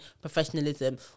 professionalism